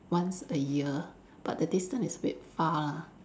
once a year but the distance is a bit far lah